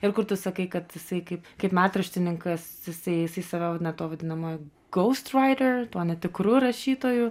ir kur tu sakai kad jisai kaip kaip metraštininkas jisai jisai save vadina tuo vadinamuoju ghostwriter tuo netikru rašytoju